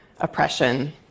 oppression